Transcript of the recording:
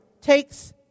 takes